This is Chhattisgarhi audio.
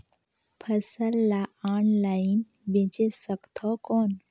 फसल ला ऑनलाइन बेचे सकथव कौन?